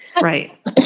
Right